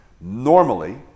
normally